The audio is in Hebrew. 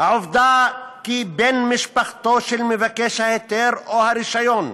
"העובדה כי בן משפחתו של מבקש ההיתר או הרישיון,